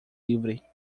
livre